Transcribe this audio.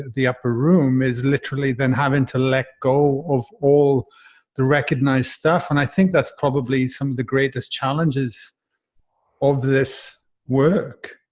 the upper room is literally then having to let go of all the recognize stuff. and i think that's probably some of the greatest challenges of this work.